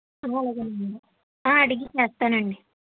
అలాగేనండి అడిగి చేస్తానండి